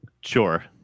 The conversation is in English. Sure